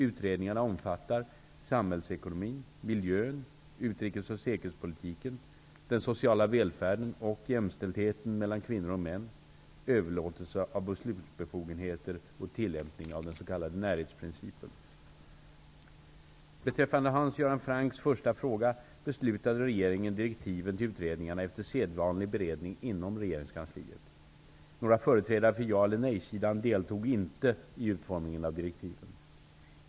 Utredningarna omfattar: - Den sociala välfärden och jämställdheten mellan kvinnor och män Beträffande Hans Göran Francks första fråga beslutade regeringen om direktiven till utredningarna efter sedvanlig beredning inom regeringskansliet. Några företrädare för ja eller nej-sidan deltog inte i utformningen av direktiven.